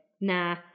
Nah